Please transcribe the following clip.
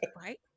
Right